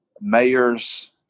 mayors